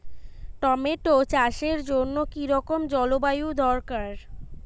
Tomato চাষের জন্য কি রকম জলবায়ু দরকার?